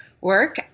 work